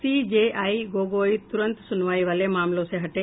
CJI Gogoi तुरंत सुनवाई वाले मामलों से हटे